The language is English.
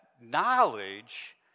knowledge